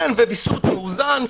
כן, וויסות מאוזן.